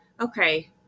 okay